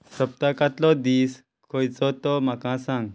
सप्तकांतलो दीस खंयचो तो म्हाका सांग